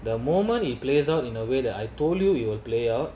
the moment it plays out in a way that I told you you will play out